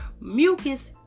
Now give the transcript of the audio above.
Mucus